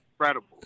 incredible